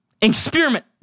experiment